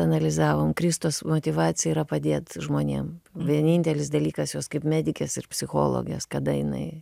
analizavom kristos motyvacija yra padėt žmonėm vienintelis dalykas jos kaip medikės ir psichologės kada jinai